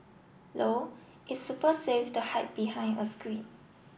low its super safe to hide behind a screen